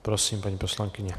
Prosím, paní poslankyně.